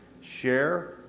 share